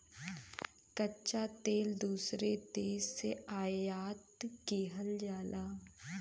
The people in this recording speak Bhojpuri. कच्चा तेल दूसरे देश से आयात किहल जाला